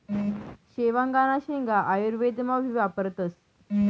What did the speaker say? शेवगांना शेंगा आयुर्वेदमा भी वापरतस